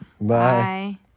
Bye